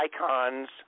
icons